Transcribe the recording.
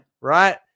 right